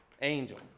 angel